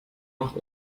noch